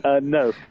No